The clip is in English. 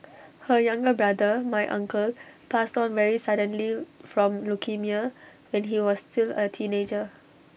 her younger brother my uncle passed on very suddenly from leukaemia when he was still A teenager